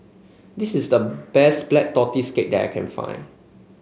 this is the best Black Tortoise Cake that I can find